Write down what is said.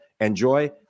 Enjoy